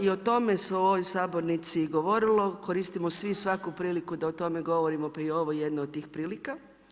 I o tome se i u ovoj sabornici govorilo, koristimo svi svaki priliku da o tome govorimo, pa je i ovo jedna od tih prilika.